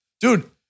Dude